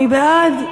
מי בעד?